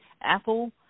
Apple